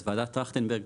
אז וועדת טרכטנברג,